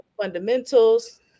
fundamentals